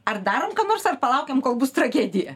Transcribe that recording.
ar darom ką nors ar palaukiam kol bus tragedija